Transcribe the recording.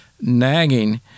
nagging